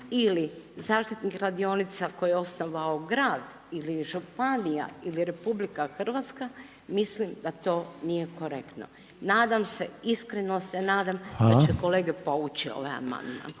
ili zaštitnih radionica koje je osnovao grad, ili županija ili RH, mislim da to nije korektno. Nadam se, iskreno se nama da će kolege povući ovaj amandman.